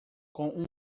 com